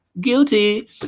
Guilty